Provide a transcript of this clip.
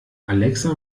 alexa